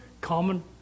common